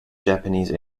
japanese